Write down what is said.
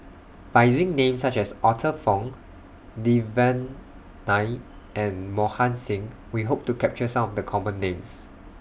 By using Names such as Arthur Fong Devan Nair and Mohan Singh We Hope to capture Some of The Common Names